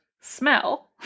smell